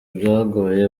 byagoye